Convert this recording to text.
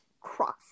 Cross